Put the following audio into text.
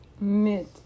Mid